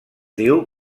diu